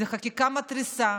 זו חקיקה מתריסה,